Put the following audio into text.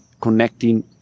connecting